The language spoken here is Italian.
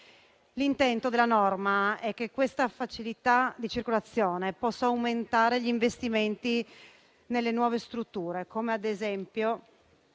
L'intento della norma è che questa facilità di circolazione possa aumentare gli investimenti nelle nuove strutture, come ad esempio